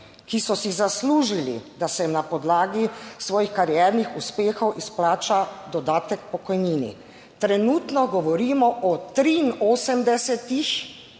ki so si zaslužili, da se jim na podlagi svojih kariernih uspehov izplača dodatek k pokojnini. Trenutno govorimo o 83,